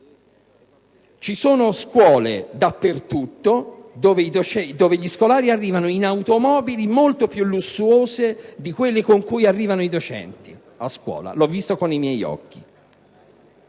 sono molte le scuole dove gli scolari arrivano in automobili molto più lussuose di quelle con cui arrivano i docenti (l'ho visto con i miei occhi).